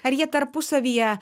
ar jie tarpusavyje